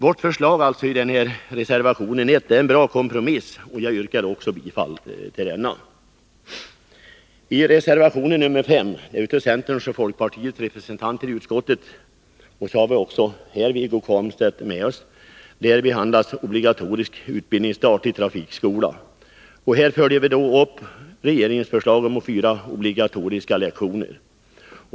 Vårt förslag i reservation 1 är en bra kompromiss, och jag yrkar bifall till denna. I reservation 5 av centerpartiets och folkpartiets representanter samt Wiggo Komstedt behandlas obligatorisk utbildningsstart i trafikskola. Vi följer regeringens förslag om fyra obligatoriska lektioner.